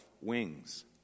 wings